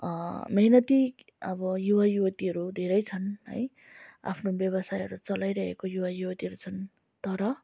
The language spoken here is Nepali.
मेहनती अब युवा युवतीहरू धेरै छन् है आफ्नो व्यावसायहरू चलाइरहेको युवा युवतीहरू छन् तर